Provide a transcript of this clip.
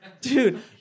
Dude